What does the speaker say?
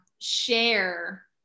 share